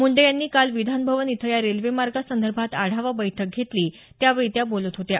मुंडे यांनी काल विधानभवन इथं या रेल्वेमार्गासंदर्भात आढावा बैठक घेतली त्यावेळी त्या बोलत होत्या